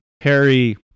Harry